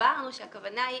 הסברנו שהכוונה היא,